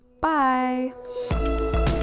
Bye